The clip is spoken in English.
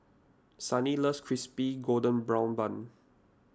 Sannie loves Crispy Golden Brown Bun